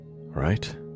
right